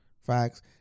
Facts